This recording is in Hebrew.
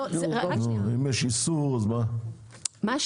זה לא